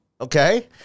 Okay